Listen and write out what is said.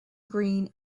green